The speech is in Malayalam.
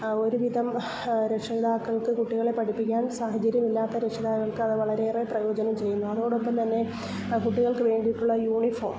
ഒരു വിധം രക്ഷിതാക്കൾക്ക് കുട്ടികളെ പഠിപ്പിക്കാൻ സാഹചര്യം ഇല്ലാത്ത രക്ഷിതാക്കൾക്ക് അത് വളരെയേറെ പ്രയോജനം ചെയ്യുന്നു അതോടൊപ്പംതന്നെ ആ കുട്ടികൾക്കു വേണ്ടിയിട്ടുള്ള യൂണിഫോം